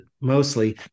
mostly